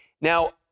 Now